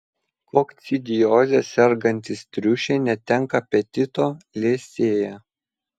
kokcidioze sergantys triušiai netenka apetito liesėja